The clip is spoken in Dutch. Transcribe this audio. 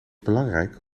belangrijk